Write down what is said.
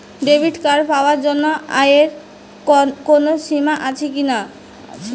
Debit card পাওয়ার জন্য আয়ের কোনো সীমা আছে কি?